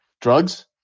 Drugs